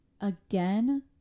again